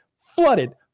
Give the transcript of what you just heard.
flooded